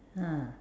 ah